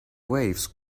waves